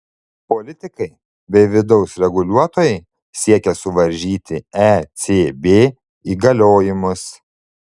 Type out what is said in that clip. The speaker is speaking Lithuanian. politikai bei vidaus reguliuotojai siekia suvaržyti ecb įgaliojimus